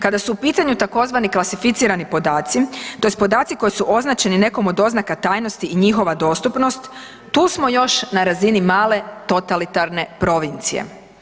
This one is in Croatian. Kada su u pitanju tzv. klasificirani podaci, tj. podaci koji su označeni nekom od oznaka tajnosti i njihova dostupnost, tu smo još na razini male totalitarne provincije.